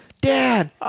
Dad